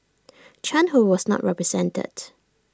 chan who was not represented